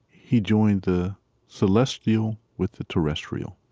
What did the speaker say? he joined the celestial with the terrestrial.